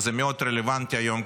וזה מאוד רלוונטי היום,